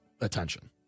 attention